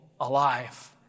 alive